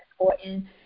important